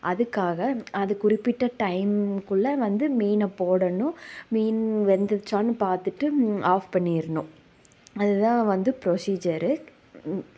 அதுக்காக அது குறிப்பிட்ட டைம்குள்ள வந்து மீனை போடணும் மீன் வெந்துருச்சான்னு பாத்துட்டு ஆஃப் பண்ணிடணும் அது தான் வந்து ப்ரொசீஜரு